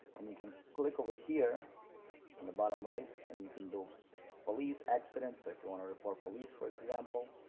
and you can click over here on the bottom right and you can do police accidents so if you want to report police for example,